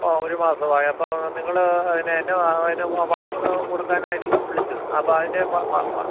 ആ ഒരു മാസമായി അപ്പോൾ നിങ്ങള് അതിന് എന്നാണ് അതിന് വളങ്ങള് കൊടുക്കാനായിരിക്കും വിളിച്ചത് അപ്പോൾ അതിൻ്റെ വ വ വ